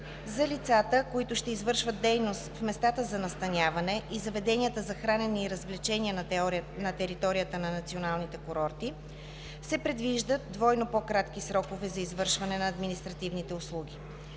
За лицата, които ще извършват дейност в местата за настаняване и заведенията за хранене и развлечения на територията на националните курорти, се предвиждат двойно по-кратки срокове за извършване на административните услуги.